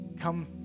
Come